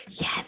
yes